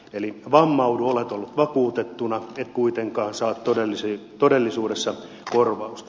eli vammaudut olet ollut vakuutettuna et kuitenkaan saa todellisuudessa korvausta